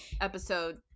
episode